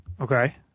Okay